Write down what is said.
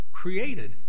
created